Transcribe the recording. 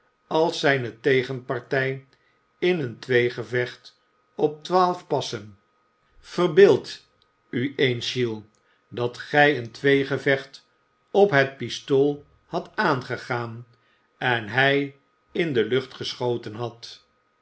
als zijne tegenpartij in een tweegevecht op twaalf passen verbeeld u eens giles dat gij een tweegevecht op het pistool hadt aangegaan en hij in de lucht geschoten hadt